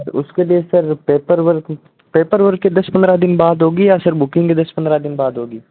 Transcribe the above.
उसके लिए sir paper work paper work के दस पंद्रह दिन के बाद होगी या फिर बुकिंग के दस पंद्रह दिन के बाद होगी